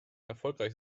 erfolgreich